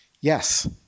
Yes